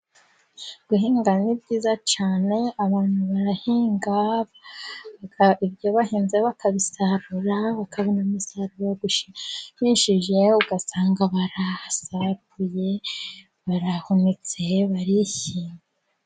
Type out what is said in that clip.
Guhinga ni byiza cyane abantu barahinga ibyo bahinze bakabisarura, bakabona umusaruro ushimishije ugasanga barasaruye barahunitse barishimye.